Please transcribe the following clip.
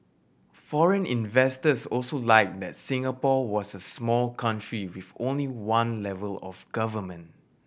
foreign investors also liked that Singapore was a small country with only one level of government